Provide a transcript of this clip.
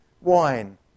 wine